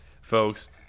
folks